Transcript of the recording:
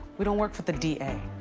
we don't work for the d a.